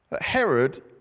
Herod